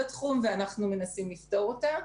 ואנחנו מנסים לפתור את זה.